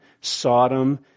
Sodom